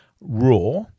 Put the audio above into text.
raw